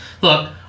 Look